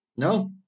No